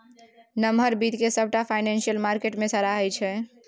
नमहर बित्त केँ सबटा फाइनेंशियल मार्केट मे सराहै छै